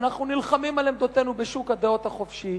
ואנחנו נלחמים על עמדותינו בשוק הדעות החופשי.